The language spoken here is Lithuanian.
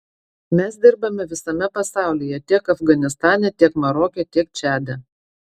mes dirbame visame pasaulyje tiek afganistane tiek maroke tiek čade